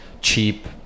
cheap